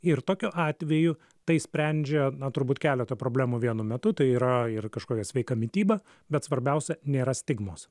ir tokiu atveju tai sprendžia na turbūt keletą problemų vienu metu tai yra ir kažkokia sveika mityba bet svarbiausia nėra stigmos